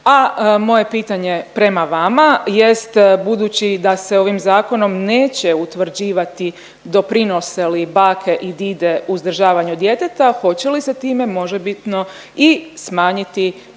A moje pitanje prema vama jest, budući da se ovim zakonom neće utvrđivati doprinose li bake i dide uzdržavanju djeteta, hoće li se time možebitno i smanjiti